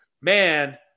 man